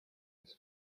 his